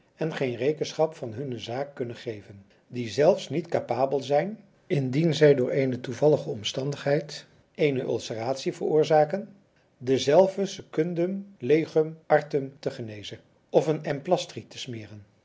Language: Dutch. en geen rekenschap van hunne zaak kunnen geven die zelfs niet capabel zijn indien zij door eene toevallige omstandigheid eene ulceratie veroorzaken dezelve secundum legum artum te genezen of een emplastri te smeren